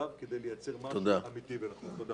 כדי לייצר משהו אובייקטיבי.